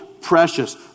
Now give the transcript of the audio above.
precious